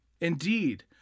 Indeed